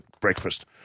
breakfast